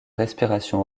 respiration